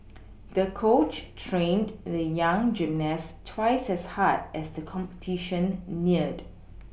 the coach trained the young gymnast twice as hard as the competition neared